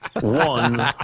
one